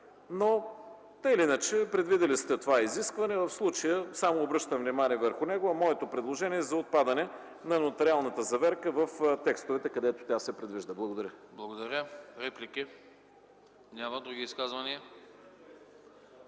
но, така или иначе, предвидили сте това изискване, в случая само обръщам внимание върху него, а моето предложение е за отпадане на нотариалната заверка в текстовете, където тя се предвижда. Благодаря. ПРЕДСЕДАТЕЛ АНАСТАС АНАСТАСОВ: Благодаря. Реплики? Няма. Други изказвания?